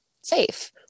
safe